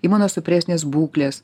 imunosupresinės būklės